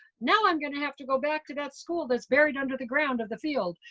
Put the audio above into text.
now i'm gonna have to go back to that school that's buried under the ground of the field.